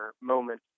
moment